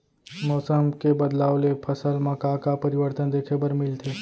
मौसम के बदलाव ले फसल मा का का परिवर्तन देखे बर मिलथे?